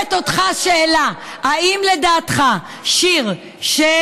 שואלת אותך שאלה: האם לדעתך שיר של